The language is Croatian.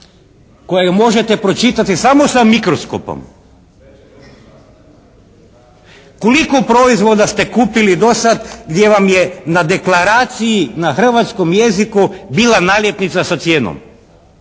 koju možete pročitati samo sa mikroskopom. Koliko proizvoda ste kupili dosad gdje vam je na deklaraciji na hrvatskom jeziku bila naljepnica sa cijenom?